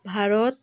Bharat